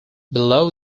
below